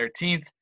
13th